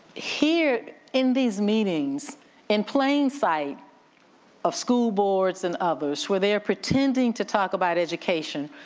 here in these meetings in plain sight of school boards and others, where they are pretending to talk about education,